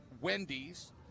Wendy's